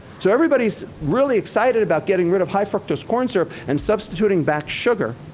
so everybody's really excited about getting rid of high fructose corn syrup and substituting back sugar,